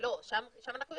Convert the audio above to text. שם אנחנו יודעים,